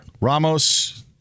Ramos